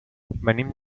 venim